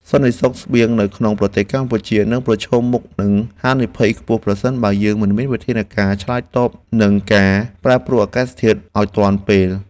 សន្តិសុខស្បៀងនៅក្នុងប្រទេសកម្ពុជានឹងប្រឈមមុខនឹងហានិភ័យខ្ពស់ប្រសិនបើយើងមិនមានវិធានការឆ្លើយតបនឹងការ ប្រែប្រួលអាកាសធាតុឱ្យទាន់ពេល។